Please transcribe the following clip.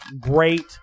great